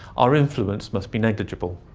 our influence must be negligible.